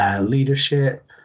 leadership